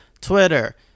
Twitter